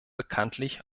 bekanntlich